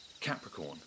Capricorn